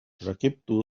ركبت